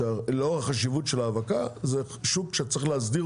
לאור החשיבות של ההאבקה זה שוק שצריך להסדיר